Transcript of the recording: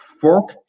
fork